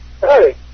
hey